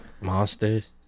Monsters